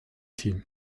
team